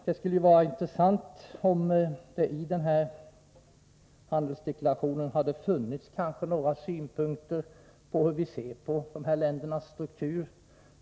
Det hade varit intressant om det i den handelspolitiska deklarationen hade funnits några synpunkter på hur regeringen ser på de här ländernas struktur.